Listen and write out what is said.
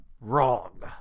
wrong